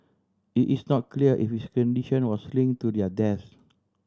it is not clear if his condition was linked to their deaths